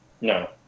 No